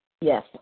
Yes